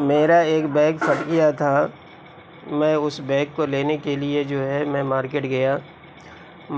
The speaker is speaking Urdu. میرا ایک بیگ پھٹ گیا تھا میں اس بیگ کو لینے کے لیے جو ہے میں مارکیٹ گیا